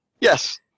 Yes